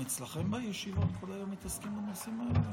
אצלכם בישיבות כל היום מתעסקים בנושאים האלה?